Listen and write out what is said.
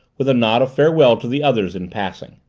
with a nod of farewell to the others in passing.